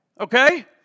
Okay